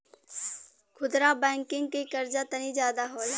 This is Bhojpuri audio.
खुदरा बैंकिंग के कर्जा तनी जादा होला